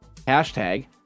Hashtag